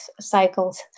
cycles